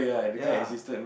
ya